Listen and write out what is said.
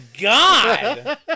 God